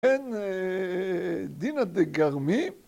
‫אין דינא דגרמי.